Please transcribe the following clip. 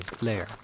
layer